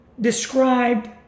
described